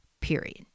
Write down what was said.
period